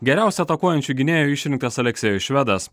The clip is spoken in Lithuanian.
geriausiu atakuojančiu gynėju išrinktas aleksejus švedas